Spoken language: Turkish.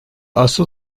asıl